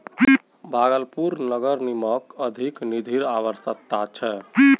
भागलपुर नगर निगमक अधिक निधिर अवश्यकता छ